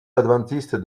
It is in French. adventiste